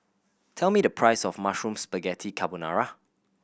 tell me the price of Mushroom Spaghetti Carbonara